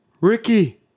Ricky